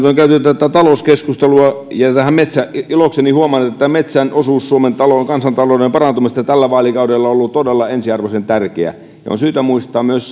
on nyt käyty tätä talouskeskustelua ja ilokseni huomaan että metsän osuus suomen kansantalouden parantumisessa tällä vaalikaudella on ollut todella ensiarvoisen tärkeä on syytä muistaa myös